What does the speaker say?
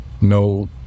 no